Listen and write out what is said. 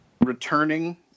returning